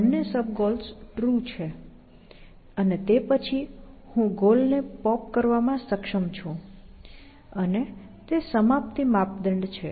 બંને sub goals true છે અને તે પછી હું ગોલને પોપ કરવામાં સક્ષમ છું અને તે સમાપ્તિ માપદંડ છે